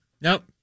Nope